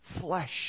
flesh